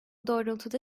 doğrultuda